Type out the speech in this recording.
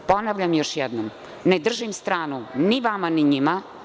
Ponavljam još jednom, ne držim stranu ni vama ni njima.